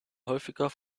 häufiger